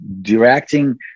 directing